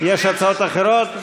יש הצעות אחרות?